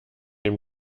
dem